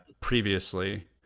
previously